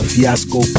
Fiasco